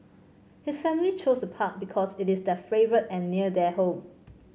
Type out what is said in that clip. his family chose the park because it is their favourite and near their home